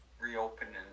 reopening